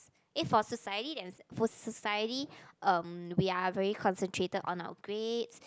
eh for society them for society um we are very concentrated on our grades